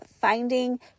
finding